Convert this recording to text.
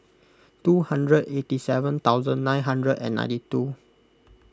two hundred eighty seven thousand nine hundred and ninety two